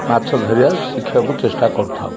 ମାଛ ଧରିବା ଶିଖିବାକୁ ଚେଷ୍ଟା କରୁଥାଉ